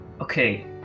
okay